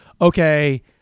okay